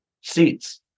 seats